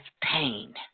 pain